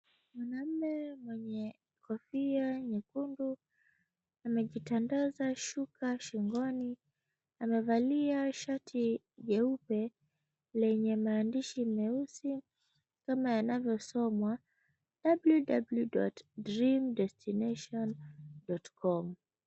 Mwanamume mwenye kofia nyekundu amejitandaza shuka shingoni, amevalia shati jeupe lenye maandishi meusi kama yanavyosomwa, www.dreamdestination.com.